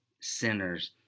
sinners